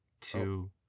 two